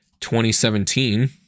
2017